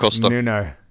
Nuno